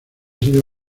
sido